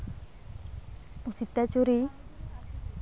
ᱥᱤᱛᱟᱹ ᱪᱩᱨᱤ